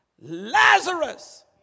Lazarus